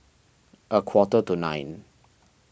a quarter to nine